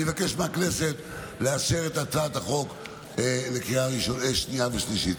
אני מבקש מהכנסת לאשר את הצעת החוק בקריאה שנייה ושלישית.